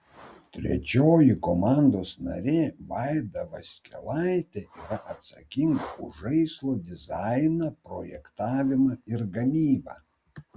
trečioji komandos narė vaida vaskelaitė yra atsakinga už žaislo dizainą projektavimą ir gamybą